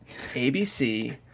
ABC